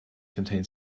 contain